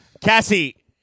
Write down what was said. Cassie